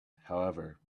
however